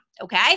okay